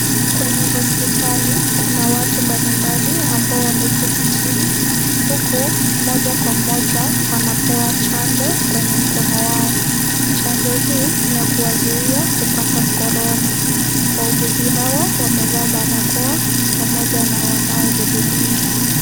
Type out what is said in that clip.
Kwenye hospitali kuna watu mbalimbali ambao wameketii chini huku moja kwa moja wnapewa chanjo kwenye mkono wao. Chanjo hii ni ya kuwazuia kupata corona. Wauguzi hawa wamevaa barakoa pamoja na wanaohudumiwa.